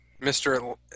Mr